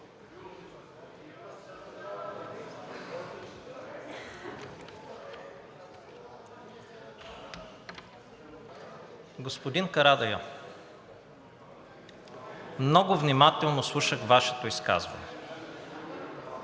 Господин Карадайъ, много внимателно слушах Вашето изказване.